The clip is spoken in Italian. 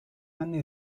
anni